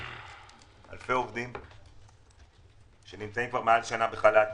אלפי עובדים שנמצאים מעל שנה בחל"ת